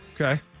Okay